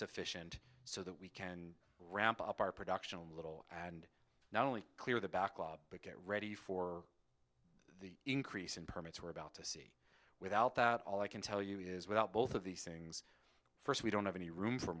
efficient so that we can ramp up our production a little and not only clear the backlog but get ready for the increase in permits were about to see without that all i can tell you is without both of these things first we don't have any room for